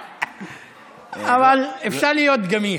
אבל אפשר להיות גמיש.